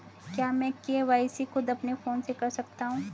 क्या मैं के.वाई.सी खुद अपने फोन से कर सकता हूँ?